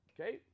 Okay